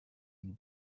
and